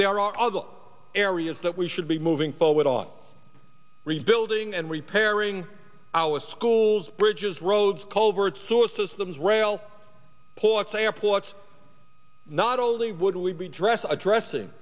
there are other areas that we should be moving forward on rebuilding and repairing our schools bridges roads coverts sewer systems rail ports airports not only would we be addressed addressing